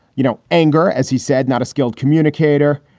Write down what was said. you know, anger, as he said, not a skilled communicator,